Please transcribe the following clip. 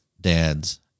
dads